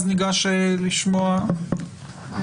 לא,